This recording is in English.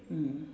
mm